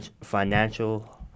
financial